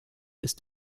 ist